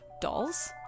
dolls